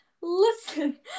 listen